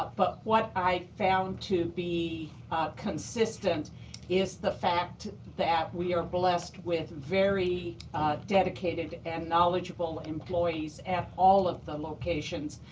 but what i found to be consistent is the fact that we are blessed with very dedicated and knowledgeable employees at all of the locations.